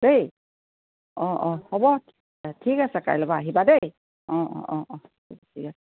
দেই অঁ অঁ হ'ব ঠিক আছে কাইলৈ পৰা আহিবা দেই অঁ অঁ অঁ অঁ ঠিক আছে